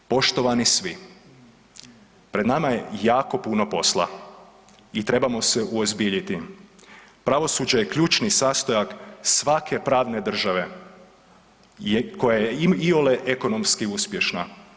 Poštovani svi, pred nama je jako puno posla i trebamo se uozbiljiti, pravosuđe je ključni sastojak svake pravne države koja je iole ekonomski uspješna.